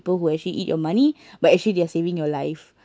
who actually eat your money but actually they are saving your life